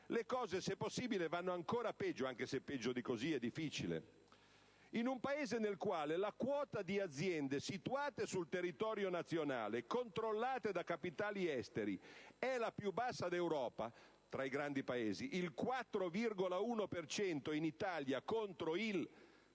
le cose - se possibile - vanno ancora peggio, anche se peggio di così è difficile. In un Paese nel quale la quota di aziende situate sul territorio nazionale e controllate da capitali esteri è la più bassa d'Europa tra i grandi Paesi (il 4,1 per cento in Italia contro la